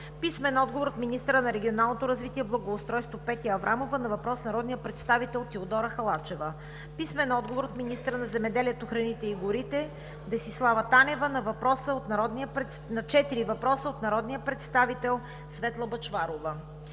Халачева; - министъра на регионалното развитие и благоустройството Петя Аврамова на въпрос от народния представител Теодора Халачева; - министъра на земеделието, храните и горите Десислава Танева на четири въпроса от народния представител Светла Бъчварова;